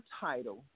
title